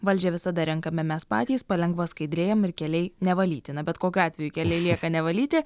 valdžią visada renkame mes patys palengva skaidrėjam ir keliai nevalyti na bet kokiu atveju keliai lieka nevalyti